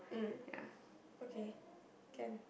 mm okay can